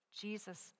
Jesus